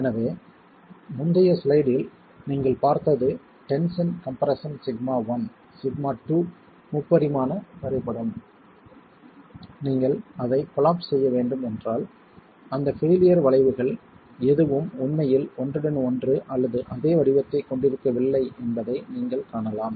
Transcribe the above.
எனவே முந்தைய ஸ்லைடில் நீங்கள் பார்த்தது டென்ஷன் கம்ப்ரஷன் σ1 σ2 முப்பரிமாண வரைபடம் நீங்கள் அதை கொலாப்ஸ் செய்ய வேண்டும் என்றால் அந்த பெயிலியர் வளைவுகள் எதுவும் உண்மையில் ஒன்றுடன் ஒன்று அல்லது அதே வடிவத்தை கொண்டிருக்கவில்லை என்பதை நீங்கள் காணலாம்